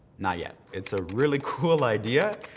not yet. it's a really cool idea.